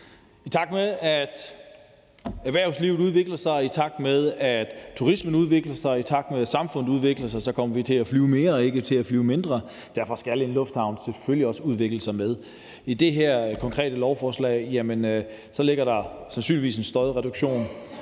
I takt med at erhvervslivet udvikler sig, i takt med at turismen udvikler sig og i takt med at samfundet udvikler sig, kommer vi til at flyve mere og ikke til at flyve mindre. Derfor skal en lufthavn selvfølgelig også udvikle sig med det. I det her konkrete lovforslag ligger der sandsynligvis en støjreduktion.